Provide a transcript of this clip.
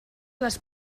les